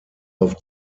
auf